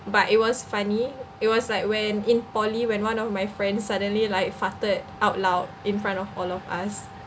but it was funny it was like when in poly when one of my friend suddenly like farted out loud in front of all of us